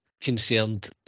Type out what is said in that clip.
concerned